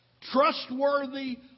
trustworthy